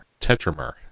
Tetramer